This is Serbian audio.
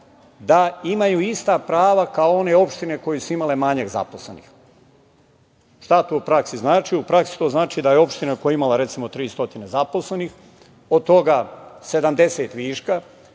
da imaju ista prava kao one opštine koje su imale manjak zaposlenih. Što u praksi znači? U praksi to znači da je opština koja je imala, recimo 300 zaposlenih, od toga 70 viška,